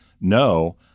no